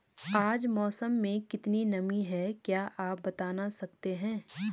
आज मौसम में कितनी नमी है क्या आप बताना सकते हैं?